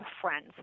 friends